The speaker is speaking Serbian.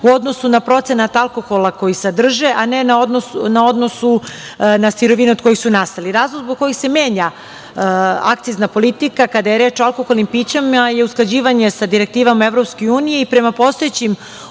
u odnosu na procenat alkohola koji sadrže, a ne na odnosu na sirovine od kojih su nastali. Razlog zbog kojeg se menja akcizna politika kada je reč o alkoholnim pićima je usklađivanje sa direktivom EU. Prema postojećim